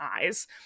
eyes